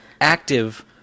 active